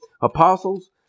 apostles